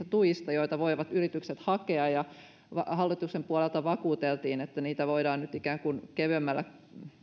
tuista joita yritykset voivat hakea ja hallituksen puolelta vakuuteltiin että niitä voidaan nyt ikään kuin kevyemmällä